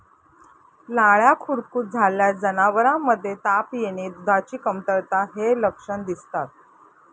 लाळ्या खुरकूत झाल्यास जनावरांमध्ये ताप येणे, दुधाची कमतरता हे लक्षण दिसतात